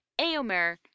Eomer